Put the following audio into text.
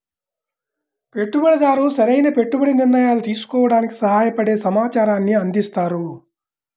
పెట్టుబడిదారు సరైన పెట్టుబడి నిర్ణయాలు తీసుకోవడానికి సహాయపడే సమాచారాన్ని అందిస్తారు